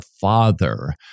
father